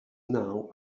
now